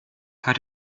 hat